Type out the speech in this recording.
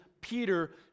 Peter